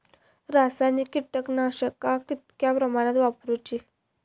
रासायनिक कीटकनाशका कितक्या प्रमाणात वापरूची?